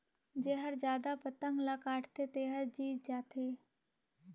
जेहर जादा पतंग ल काटथे तेहर जीत जाथे